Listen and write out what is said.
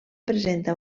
presenta